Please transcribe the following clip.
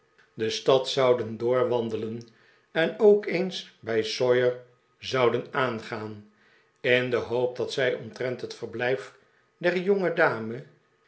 de stad zouden doorwandelen en ook eens bij sawyer zouden aangaan in de hoop dat zij omtrent het yerblijf der